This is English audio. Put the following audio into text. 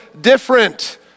different